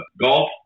Golf